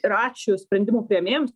ir ačiū sprendimų priėmėjams